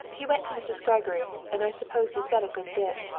he went to mrs. gregory, and i suppose he said a good bit.